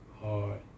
hard